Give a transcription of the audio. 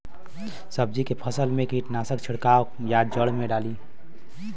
सब्जी के फसल मे कीटनाशक छिड़काई या जड़ मे डाली?